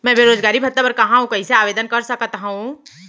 मैं बेरोजगारी भत्ता बर कहाँ अऊ कइसे आवेदन कर सकत हओं?